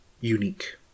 unique